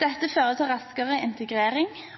Dette fører til raskere integrering